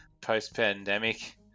post-pandemic